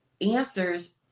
answers